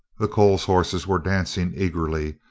the coles horses were dancing eagerly,